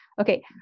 Okay